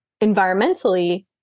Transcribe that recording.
environmentally